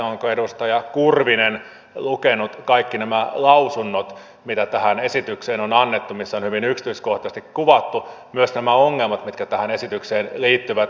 onko edustaja kurvinen lukenut kaikki nämä lausunnot mitä tähän esitykseen on annettu missä on hyvin yksityiskohtaisesti kuvattu myös nämä ongelmat mitkä tähän esitykseen liittyvät